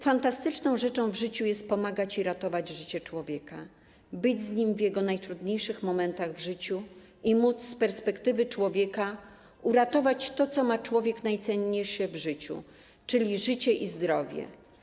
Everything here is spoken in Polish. Fantastyczną rzeczą w życiu jest pomagać i ratować życie człowieka, być z nim w jego najtrudniejszych momentach w życiu i móc, z perspektywy człowieka, uratować to, co ma człowiek najcenniejsze w życiu, czyli życie i zdrowie.